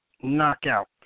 Knockout